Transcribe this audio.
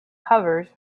covers